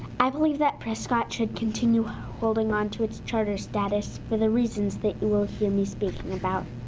i believe that prescott should continue holding on to its charter status for the reasons that you will hear me speaking about.